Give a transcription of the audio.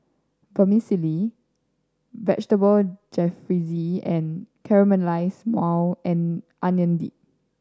Vermicelli Vegetable Jalfrezi and Caramelized Maui and Onion Dip